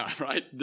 right